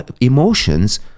emotions